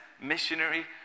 missionary